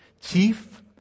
Chief